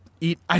Eat